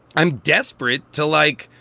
i'm desperate to, like,